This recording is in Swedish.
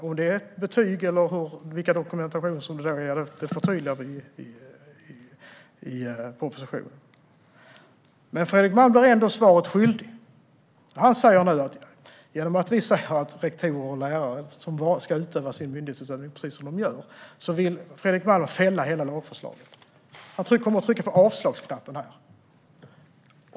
Om det rör sig om betyg eller någon annan dokumentation förtydligar vi i propositionen. Men Fredrik Malm blir ändå svaret skyldig. I och med att vi säger att rektorer och lärare ska sköta sin myndighetsutövning, precis som de gör, vill Fredrik Malm fälla hela lagförslaget. Han kommer att trycka på avslagsknappen.